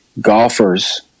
golfers